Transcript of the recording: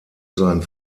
sein